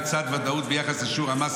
לצד ודאות ביחס לשיעורי המס,